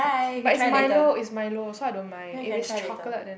but it's Milo it's Milo so I don't mind if it's chocolate then